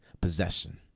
possession